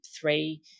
three